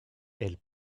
elle